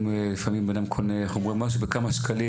לפעמים בן אדם קונה משהו בכמה שקלים,